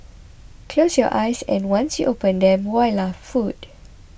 close your eyes and once you open them voila food